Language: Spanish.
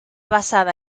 basada